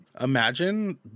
imagine